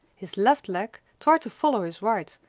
his left leg tried to follow his right,